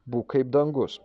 būk kaip dangus